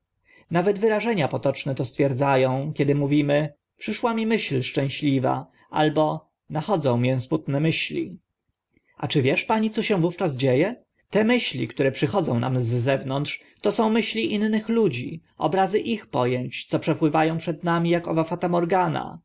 nawet wyrażenia potoczne to stwierdza ą kiedy mówimy przyszła mi myśl szczęśliwa albo nachodzą mię smutne myśli a czy wiesz pani co się wówczas dzie e te myśli które przychodzą nam z zewnątrz to są myśli innych ludzi obrazy ich po ęć co przepływa ą przed nami ak owe fatamorgana